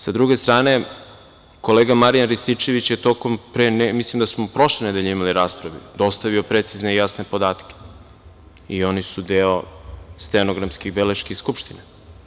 S druge strane, kolega Marijan Rističević, mislim da smo prošle nedelje imali raspravu, dostavio je precizne i jasne podatke i oni su deo stneografskih beleški Skupštine.